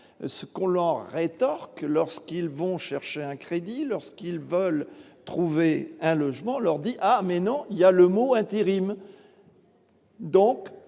ce qu'on leur rétorque lorsqu'ils vont chercher un crédit lorsqu'ils veulent trouver un logement, leur dit : ah mais non, il y a le mot intérim.